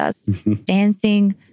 dancing